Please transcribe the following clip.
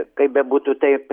kaip bebūtų taip